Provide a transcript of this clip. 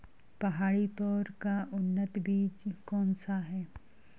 पहाड़ी तोर का उन्नत बीज कौन सा है?